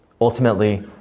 Ultimately